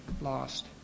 lost